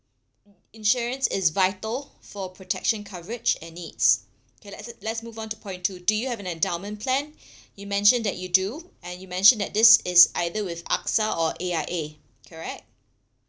insurance is vital for protection coverage and needs okay le~ let's move on to point two do you have an endowment plan you mentioned that you do and you mentioned that this is either with AXA or A_I_A correct